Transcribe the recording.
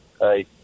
hey